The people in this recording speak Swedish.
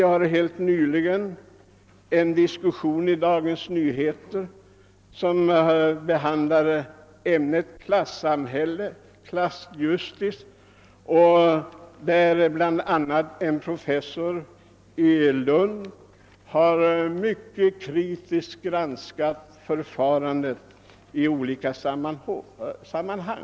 Helt nyligen fördes i Dagens Nyheter en diskussion om klassamhälle och klassjustis och det var bl.a. en professor i Lund som mycket kritiskt granskat olika förfaranden.